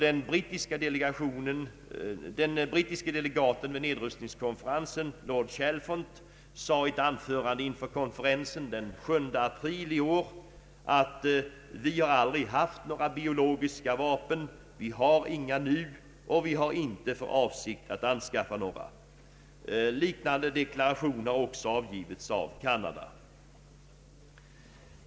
Den brittiske delegaten vid nedrustningskonferensen, lord Chalfont, sade i ett anförande inför konferensen den 7 april i år: ”Vi har aldrig haft några biologiska vapen, vi har inga nu och vi har inte för avsikt att anskaffa några.” Liknande deklaration har också avgivits av Canada.